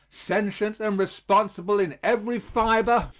sentient and responsible in every fiber,